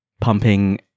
pumping